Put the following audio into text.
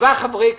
שבעה חברי כנסת,